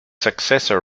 successor